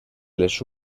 les